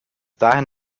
dahin